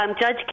Judge